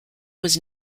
was